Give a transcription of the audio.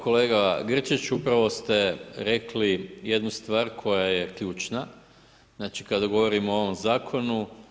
Kolega Grčić upravo ste rekli jednu stvar koja je ključna znači kada govorimo o ovom zakonu.